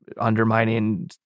undermining